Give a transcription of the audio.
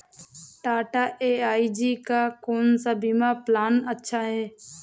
Tata AIG का कौन सा बीमा प्लान अच्छा है?